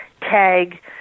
tag